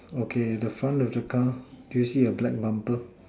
okay the front of the car do you see a black number